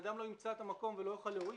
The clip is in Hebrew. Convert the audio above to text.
אדם לא ימצא את המקום ולא יוכל להועיל.